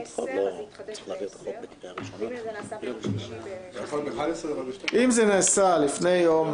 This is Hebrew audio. אם זה נעשה מ-10:00,